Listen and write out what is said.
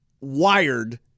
wired